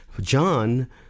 John